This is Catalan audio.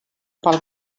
pel